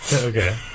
okay